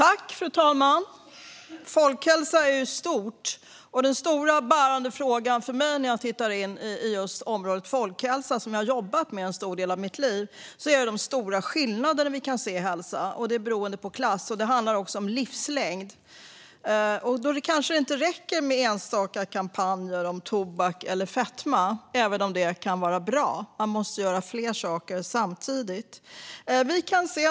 Fru talman! Folkhälsa är stort. Den stora bärande frågan för mig inom området folkhälsa, som jag har jobbat med en stor del av mitt liv, är de stora skillnader som vi kan vi kan se i hälsa och livslängd och som beror på klass. Då kanske det inte räcker med enstaka kampanjer om tobak eller fetma, även om det kan vara bra. Man måste göra fler saker samtidigt. Fru talman!